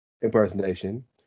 impersonation